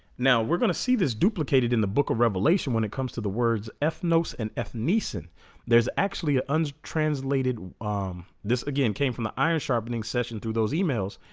now we're gonna see this duplicated in the book of revelation when it comes to the words ethnos and f neeson there's actually untranslated this again came from the iron sharpening session through those emails